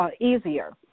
easier